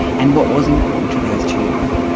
and what was important to those children?